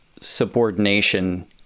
subordination